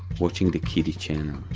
watching the kiddie channel.